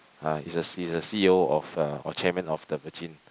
ah he's a C he's a C_E_O of uh or Chairman of the Virgin